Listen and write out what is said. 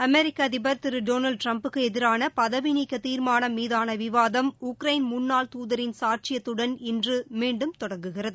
அமெிக்க அதிபர் திரு டொனால்டு ட்ரம்ப் க்கு எதிரான பதவிநீக்க தீர்மானம் மீதான விவாதம் உக்ரைன் முன்னாள் தூதரின் சாட்சியத்துடன் இன்று மீண்டும் தொடங்குகிறது